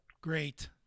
Great